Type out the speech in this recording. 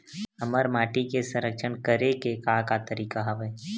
हमर माटी के संरक्षण करेके का का तरीका हवय?